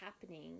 happening